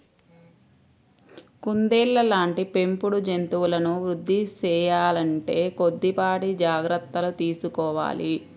కుందేళ్ళ లాంటి పెంపుడు జంతువులను వృద్ధి సేయాలంటే కొద్దిపాటి జాగర్తలు తీసుకోవాలి